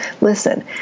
listen